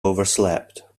overslept